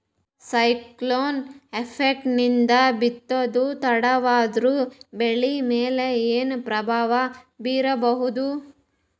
Cyclone effect ನಿಂದ ಬಿತ್ತೋದು ತಡವಾದರೂ ಬೆಳಿ ಮೇಲೆ ಏನು ಪ್ರಭಾವ ಬೀರಬಹುದು?